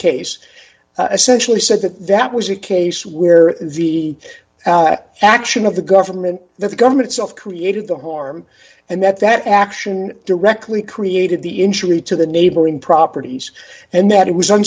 case essentially said that that was a case where the action of the government the governments of created the harm and that that action directly created the injury to the neighboring properties and that it was